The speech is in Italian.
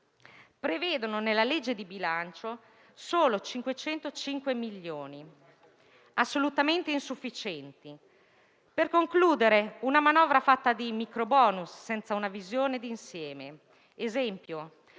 prevedono nella legge di bilancio solo 505 milioni: sono assolutamente insufficienti. È una manovra fatta di microbonus senza una visione di insieme.